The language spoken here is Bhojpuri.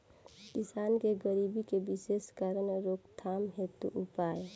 किसान के गरीबी के विशेष कारण रोकथाम हेतु उपाय?